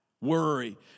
worry